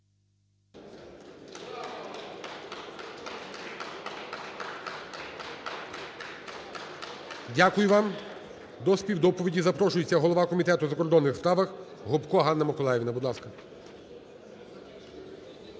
Дякую вам. До співдоповіді запрошується голова Комітету у закордонних справах Гопко Ганна Миколаївна,